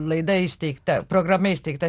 laida įsteigta programa įsteigta